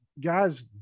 guys